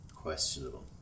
Questionable